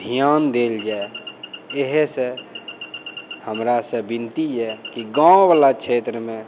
धियान देल जाइ एहेसँ हमरासँ विनती अइ कि गाँववला क्षेत्रमे